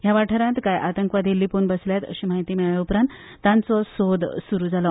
ह्या वाठारांत कांय आतंकवादी लिपून बसल्यात अशी माहिती मेळ्ळे उपरांत तांचो सोद सुरू जालो